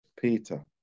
Peter